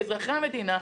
אנחנו כאזרחי המדינה,